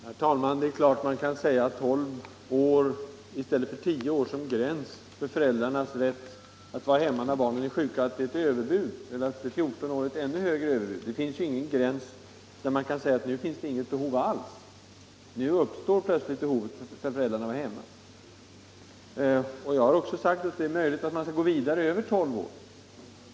Herr talman! Det är klart man kan säga, att det är ett överbud att föreslå tolv år i stället för tio år, som gräns för föräldrarnas rätt att få vara hemma när ett barn är sjukt och att ett förslag om att sätta gränsen vid fjorton år är ett ännu större överbud. Det finns ingen absolut gräns, det kan i barnets alla åldrar uppstå behov för föräldrarna att vara hemma. Jag har också sagt att det är möjligt att man skall gå vidare över tolvårsgränsen.